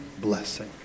blessing